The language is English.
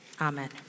amen